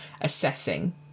assessing